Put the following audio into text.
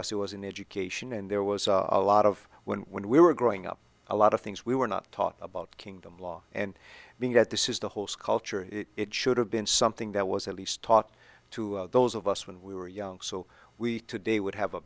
us who was in education and there was a lot of when when we were growing up a lot of things we were not taught about kingdom law and being that this is the whole sculpture it should have been something that was at least talk to those of us when we were young so we today would have a